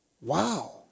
Wow